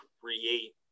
create